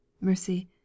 MERCY